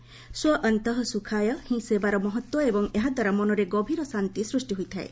ସ୍ୱଅନ୍ତଃ ସୁଖାୟ ହିଁ ସେବାର ମହତ୍ତ ଏବଂ ଏହାଦ୍ୱାରା ମନରେ ଗଭୀର ଶାନ୍ତି ସୃଷ୍ଟି ହୋଇଥାଏ